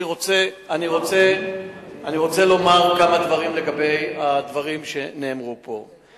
אני רוצה לומר כמה דברים לגבי הדברים שנאמרו פה.